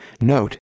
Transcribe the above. Note